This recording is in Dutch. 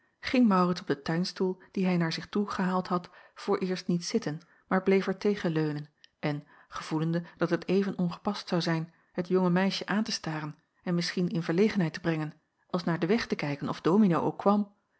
ging maurits op den tuinstoel dien hij naar zich toe gehaald had vooreerst niet zitten maar bleef er tegen leunen en gevoelende dat het even ongepast zou zijn het jonge meisje aan te staren en misjacob van ennep laasje evenster en in verlegenheid te brengen als naar den weg te kijken of dominee ook kwam